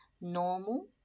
normal